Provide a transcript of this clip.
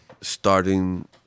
Starting